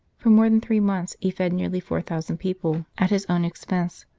for more than three months he fed nearly four thousand people at his own expense,